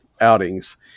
outings